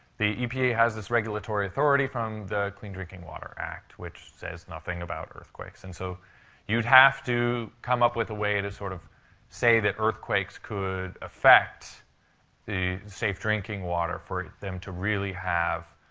the epa has this regulatory authority from the clean drinking water act, which says nothing about earthquakes. and so you would have to come up with a way to sort of say that earthquakes could affect the safe drinking water for them to really have